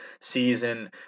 season